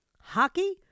Hockey